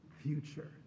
future